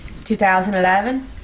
2011